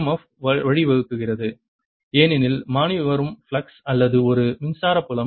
F க்கு வழிவகுக்கிறது ஏனெனில் மாறிவரும் ஃப்ளக்ஸ் அல்லது ஒரு மின்சார புலம்